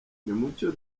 nimucyo